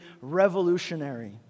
revolutionary